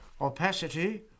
Opacity